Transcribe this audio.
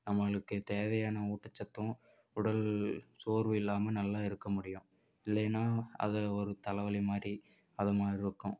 நம்மளுக்கு தேவையான ஊட்டச்சத்தும் உடல் சோர்வு இல்லாமல் நல்லா இருக்கமுடியும் இல்லைனா அது ஒரு தலைவலி மாதிரி அதுமாதிரி இருக்கும்